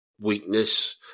weakness